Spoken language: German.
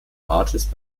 artist